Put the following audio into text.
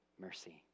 Mercy